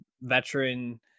veteran